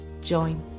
join